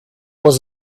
was